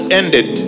ended